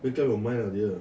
make up your mind lah dear